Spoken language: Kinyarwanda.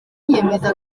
yemeza